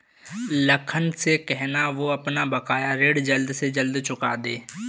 लखन से कहना, वो अपना बकाया ऋण जल्द से जल्द चुका दे